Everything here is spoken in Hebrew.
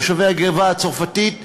תושבי הגבעה-הצרפתית,